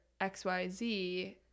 xyz